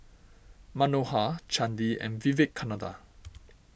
Manohar Chandi and Vivekananda